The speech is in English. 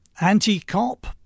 Anti-cop